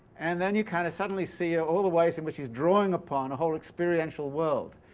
and then you kind of suddenly see ah all the ways in which he's drawing upon a whole experiential world,